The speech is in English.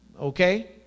Okay